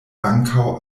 ankaŭ